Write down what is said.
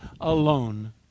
alone